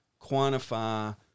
quantify